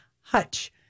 hutch